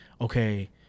okay